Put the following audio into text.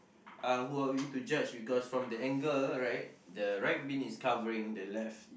uh who are we to judge because from the angle right the right bin is covering the left